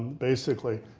basically,